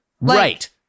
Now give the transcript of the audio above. Right